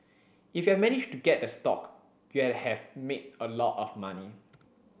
if you'd managed to get the stock you'd have made a lot of money